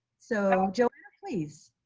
so please,